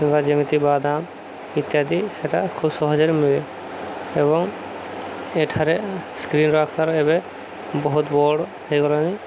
କିମ୍ବା ଯେମିତି ବାଦାମ ଇତ୍ୟାଦି ସେଇଟା ଖୁବ୍ ସହଜରେ ମିଳେ ଏବଂ ଏଠାରେ ସ୍କ୍ରିନ୍ ଆକାର ଏବେ ବହୁତ ବଡ଼ ହେଇଗଲାଣିି